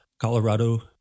Colorado